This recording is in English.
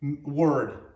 word